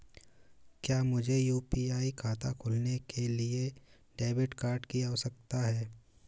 क्या मुझे यू.पी.आई खाता खोलने के लिए डेबिट कार्ड की आवश्यकता है?